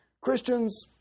Christians